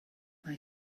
mae